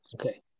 Okay